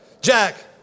Jack